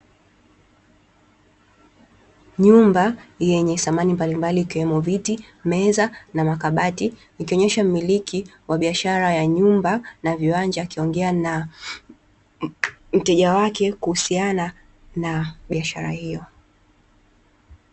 Nyumba yenye samani mbalimbali ikiwemo viti, meza na makabati ikionyesha mmiliki wa biashara ya nyumba na viwanja akiongea na mteja wake kuhusiana na biashara hiyo,